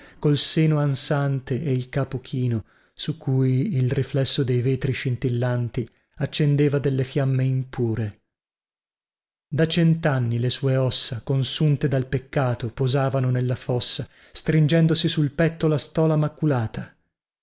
col seno ansante e il capo chino su cui il riflesso dei vetri scintillanti accendeva delle fiamme impure da centanni le sue ossa consunte dal peccato posavano nella fossa stringendosi sul petto la stola maculata